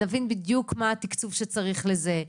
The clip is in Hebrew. ונבין בדיוק מה התקצוב שצריך לזה.